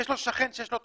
יש לי שכן שיש לו את